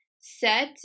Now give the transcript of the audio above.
set